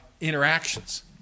Interactions